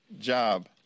job